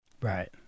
Right